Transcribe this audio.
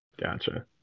Gotcha